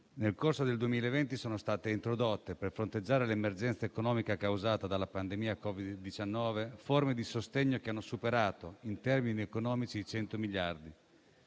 nel corso del 2020 sono state introdotte, per fronteggiare l'emergenza economica causata dalla pandemia da Covid-19, forme di sostegno che hanno superato, in termini economici, i 100 miliardi